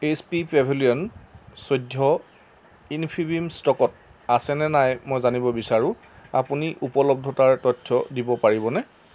H P pavilion চৈধ্য Infibeam ষ্টকত আছে নে নাই মই জানিব বিচাৰোঁ আপুনি উপলব্ধতাৰ তথ্য দিব পাৰিবনে